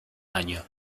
año